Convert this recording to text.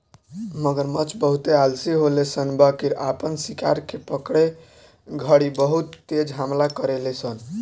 मगरमच्छ बहुते आलसी होले सन बाकिर आपन शिकार के पकड़े घड़ी बहुत तेज हमला करेले सन